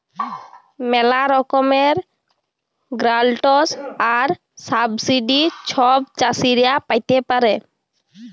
ম্যালা রকমের গ্র্যালটস আর সাবসিডি ছব চাষীরা পাতে পারে